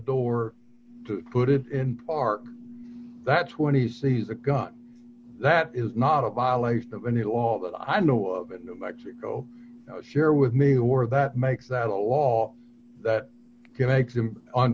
door to put it in park that's when he sees a gun that is not a violation of any law that i know of in new mexico share with me or that makes that a law that